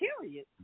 Period